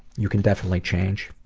you can definitely change.